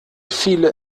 viele